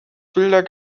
wilder